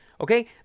Okay